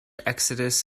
exodus